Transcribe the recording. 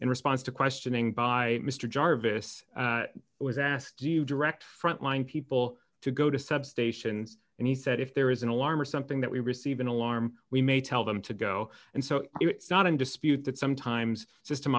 in response to questioning by mr jarvis was asked do you direct frontline people to go to substations and he said if there is an alarm or something that we receive an alarm we may tell them to go and so it's not in dispute that sometimes system